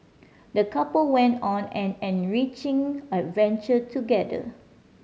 the couple went on an enriching adventure together